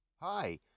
Hi